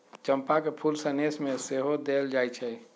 चंपा के फूल सनेश में सेहो देल जाइ छइ